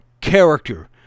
character